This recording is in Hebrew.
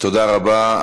תודה רבה.